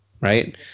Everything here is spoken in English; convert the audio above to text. right